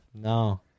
No